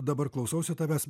dabar klausausi tavęs